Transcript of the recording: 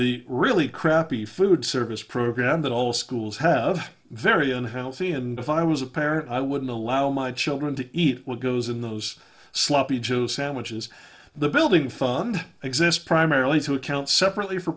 the really crappy food service program that all schools have very unhealthy and if i was a parent i wouldn't allow my children to eat what goes in those sloppy joe sandwiches the building fund exists primarily to account separately for